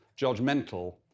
judgmental